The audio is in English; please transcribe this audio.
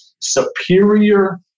superior